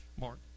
Mark